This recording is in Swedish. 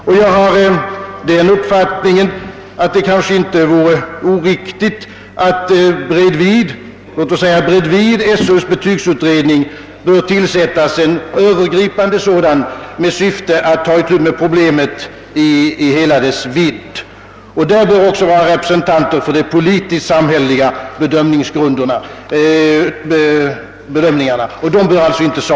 Enligt min uppfattning vore det inte oriktigt att bredvid skolöverstyrelsens betygsutredning tillsätta en övergripande parlamentarisk sådan med syfte att ta itu med problemet i hela dess vidd. I den bör inte saknas representanter för de politiskt samhälleliga bedömningarna.